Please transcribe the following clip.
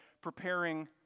preparing